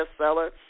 bestseller